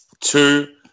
Two